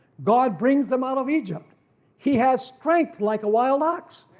god brings them out of egypt he has strength like a wild ox.